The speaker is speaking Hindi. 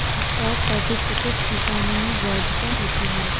स्टॉक सर्टिफिकेट की कानूनी वैधता होती है